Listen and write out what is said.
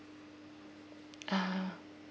ah